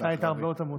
היית הרבה יותר מוצלח.